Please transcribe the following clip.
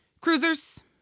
Cruisers